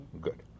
Good